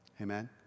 Amen